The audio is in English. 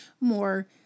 more